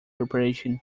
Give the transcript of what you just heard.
operation